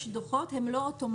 יש דוחות אבל הם לא אוטומטיים.